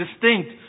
distinct